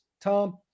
Tom